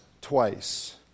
twice